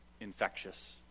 infectious